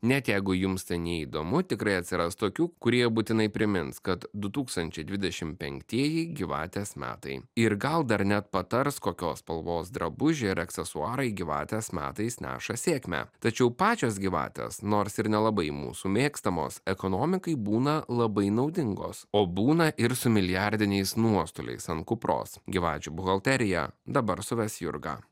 net jeigu jums tai neįdomu tikrai atsiras tokių kurie būtinai primins kad du tūkstančiai dvidešim penktieji gyvatės metai ir gal dar net patars kokios spalvos drabužiai ar aksesuarai gyvatės metais neša sėkmę tačiau pačios gyvatės nors ir nelabai mūsų mėgstamos ekonomikai būna labai naudingos o būna ir su milijardiniais nuostoliais ant kupros gyvačių buhalteriją dabar suves jurga